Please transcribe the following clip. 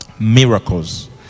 miracles